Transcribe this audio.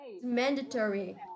Mandatory